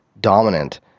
dominant